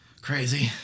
Crazy